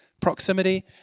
proximity